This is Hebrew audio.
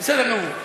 בסדר גמור.